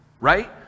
right